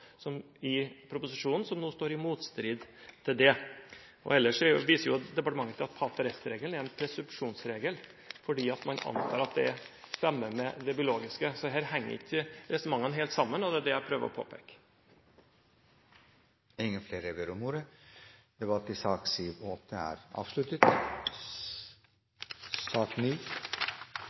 i proposisjonen som står i motstrid til det. Ellers viser jo departementet til at pater est-regelen er en presumpsjonsregel fordi man antar at det stemmer med det biologiske, så her henger ikke resonnementene helt sammen, og det er det jeg prøver å påpeke. Flere har ikke bedt om ordet til sakene nr. 7 og 8. Etter ønske fra familie- og kulturkomiteen vil presidenten foreslå at taletiden begrenses til 40 minutter og